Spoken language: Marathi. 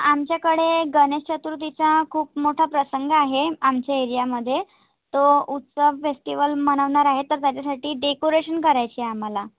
आमच्याकडे गणेश चतुर्थीचा खूप मोठा प्रसंग आहे आमच्या एरियामध्ये तो उत्सव फेस्टिवल मनवणार आहे तर त्याच्यासाठी डेकोरेशन करायची आहे आम्हाला